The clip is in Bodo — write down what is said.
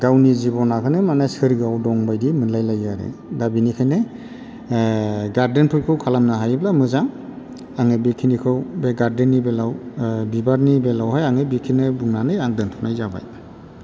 गावनि जिबनाखौनो माने सोरगोयाव दं बादि मोनलाय लायो आरो दा बिनिखायनो गार्डेनफोरखौ खालामनो हायोब्ला मोजां आङो बे खिनिखौ बे गार्डोननि बेलायाव बिबारनि बेलायावहाय आङो बिखिनि बुंनानै आं दोनथनाय जाबाय